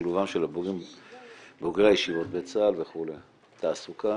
ושילובם של בוגרי הישיבות בצה"ל וכו', תעסוקה